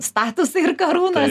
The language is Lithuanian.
statusai ir karūnos